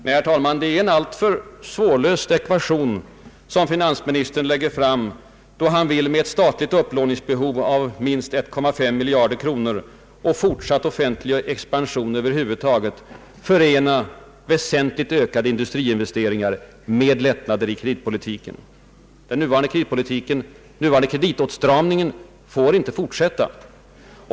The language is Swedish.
Nej, herr talman, det är en alltför svårlöst ekvation som finansministern lägger fram, då han vill med ett statligt upplåningsbehov av minst 1,5 miljarder kronor och en fortsatt offentlig expansion över huvud taget förena väsentligt ökade <industriinvesteringar med lättnader i kreditpolitiken. Den nuvarande kreditåtstramningen får inte fortsätta.